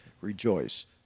rejoice